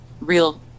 real